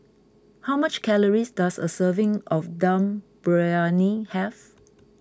how much calories does a serving of Dum Briyani have